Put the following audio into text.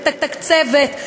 מתקצבת,